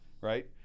right